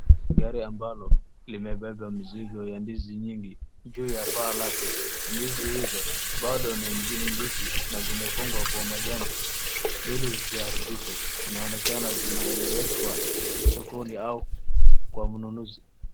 Gari ambalo limebeba mzingo ya mandizi nyingi juu ya paa yake. Ndizi hizo bado ni mbichi na zimefungwa kwa majani ili ziharibike zinaonekana zinaelekwa soko au kwa mnunuzi.